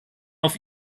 auf